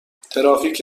ترافیک